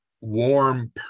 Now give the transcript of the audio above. warm